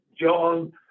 John